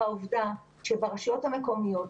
והעובדה שהרשויות המקומיות,